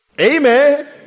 Amen